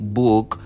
book